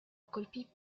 colpì